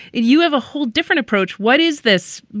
you have a whole different approach. what is this?